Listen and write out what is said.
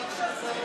ועכשיו זה,